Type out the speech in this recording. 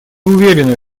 уверены